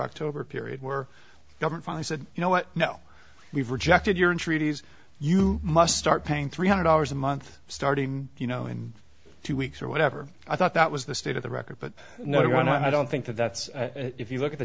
october period were governed finally said you know what now we've rejected your in three days you must start paying three hundred dollars a month starting you know in two weeks or whatever i thought that was the state of the record but no one i don't think that that's if you look at the